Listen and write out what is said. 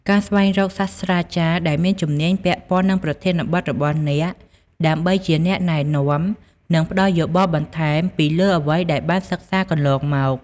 ការស្វែងរកសាស្រ្តាចារ្យដែលមានជំនាញពាក់ព័ន្ធនឹងប្រធានបទរបស់អ្នក ដើម្បីជាអ្នកណែនាំ និងផ្តល់យោបល់បន្ថែមពីលើអ្វីដែលបានសិក្សាកន្លងមក។